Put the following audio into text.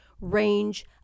range